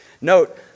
Note